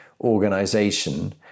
organization